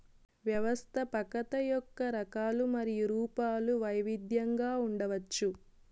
వ్యవస్థాపకత యొక్క రకాలు మరియు రూపాలు వైవిధ్యంగా ఉండవచ్చు